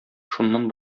шуннан